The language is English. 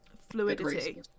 fluidity